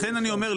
לכן אני אומר,